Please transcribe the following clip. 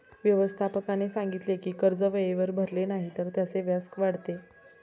व्यवस्थापकाने सांगितले की कर्ज वेळेवर भरले नाही तर त्याचे व्याज वाढते